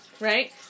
right